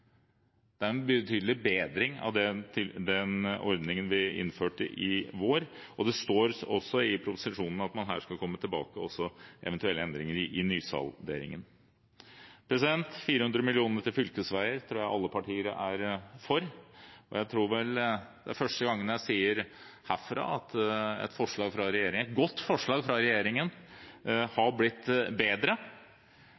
Det er en betydelig bedring av den ordningen vi innførte i vår, og det står også i proposisjonen at man her skal komme tilbake med eventuelle endringer i nysalderingen. 400 mill. kr til fylkesveier tror jeg alle partier er for, og jeg tror det er første gang jeg sier herfra at et godt forslag fra regjeringen